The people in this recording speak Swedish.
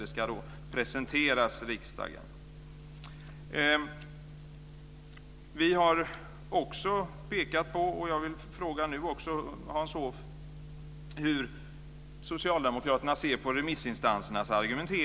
Det ska i stället presenteras riksdagen. Vi har också pekat på en annan sak. Jag vill fråga Hans Hoff hur Socialdemokraterna ser på remissinstansernas argument.